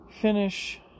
finish